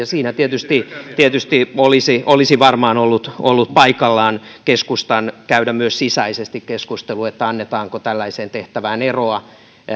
siinä tietysti tietysti olisi varmaan ollut ollut paikallaan keskustan käydä myös sisäisesti keskustelua että annetaanko tällaiseen tehtävään eroa